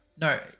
no